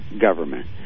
government